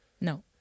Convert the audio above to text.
No